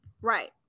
right